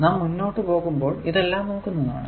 നാം മുന്നോട്ടു പോകുമ്പോൾ ഇതെല്ലാം നോക്കുന്നതാണ്